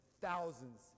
thousands